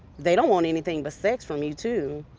they don't want anything but sex from you, too.